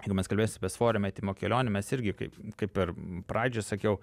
jeigu mes kalbėsim apie svorio metimo kelionę mes irgi kaip kaip ir pradžioj sakiau